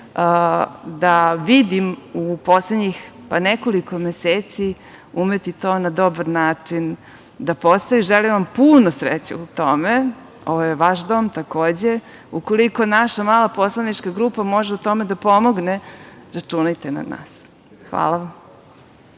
da vidim u poslednjih nekoliko meseci, umeti to na dobar način da postavi. Želim vam puno sreće u tome. Ovo je vaš dom, takođe. Ukoliko naša mala poslanička grupa može u tome da pomogne, računajte na nas. Hvala.